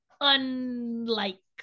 unlikely